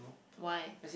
why